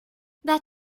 that